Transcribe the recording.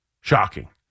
Shocking